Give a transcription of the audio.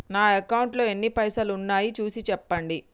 నా అకౌంట్లో ఎన్ని పైసలు ఉన్నాయి చూసి చెప్పండి?